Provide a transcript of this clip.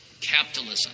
capitalism